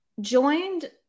joined